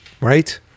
right